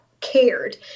cared